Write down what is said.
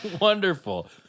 Wonderful